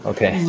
Okay